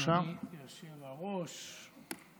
אדוני היושב בראש,